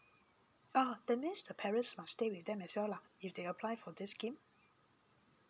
ah that means the parents must stay with them as well lah if they apply for this scheme